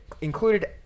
included